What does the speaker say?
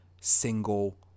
single